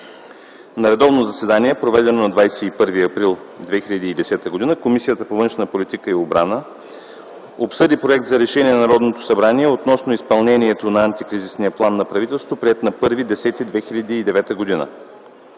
На редовно заседание, проведено на 21 април 2010 г., Комисията по външна политика и отбрана обсъди Проекта за решение на Народното събрание относно изпълнението на Антикризисния план на правителството, приет на 1.10.2009 г.